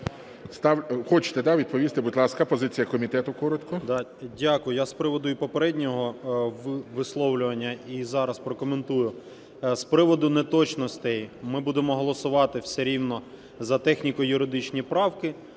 Будь ласка, позиція комітету коротко. 12:39:44 ЛУБІНЕЦЬ Д.В. Дякую. Я з приводу і попереднього висловлювання і зараз прокоментую. З приводу неточностей, ми будемо голосувати все рівно за техніко-юридичні правки